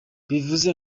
bivuze